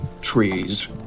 trees